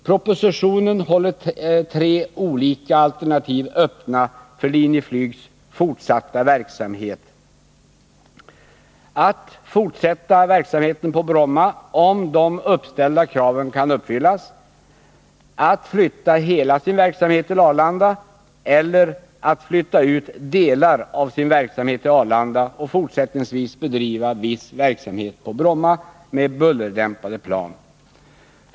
Propositionen håller tre olika alternativ öppna för Linjeflygs fortsatta verksamhet: att fortsätta verksamheten på Bromma om de uppställda kraven kan uppfyllas, att flytta hela verksamheten till Arlanda eller att flytta ut delar av verksamheten till Arlanda och fortsättningsvis bedriva viss trafik på Bromma med bullerdämpade plan.